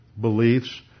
beliefs